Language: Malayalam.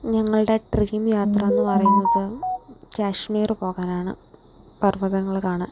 ഞങ്ങളുടെ ട്രെയിൻ യാത്രയെന്ന് പറയുന്നത് കാശ്മീർ പോകാനാണ് പർവ്വതങ്ങൾ കാണാൻ